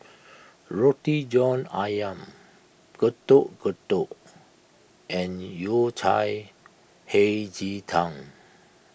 Roti John Ayam Getuk Getuk and Yao Cai Hei Ji Tang